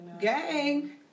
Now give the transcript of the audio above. Gang